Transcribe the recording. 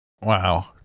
Wow